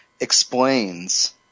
explains